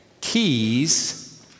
keys